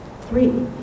Three